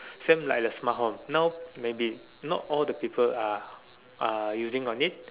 same like the smart home now may be not all the people are are using on it